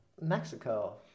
Mexico